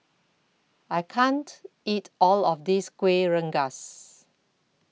I can't eat All of This Kueh Rengas